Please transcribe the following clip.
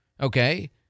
Okay